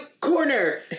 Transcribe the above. corner